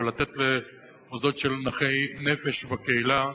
אבל לתת למוסדות נכי נפש בקהילה,